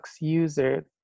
user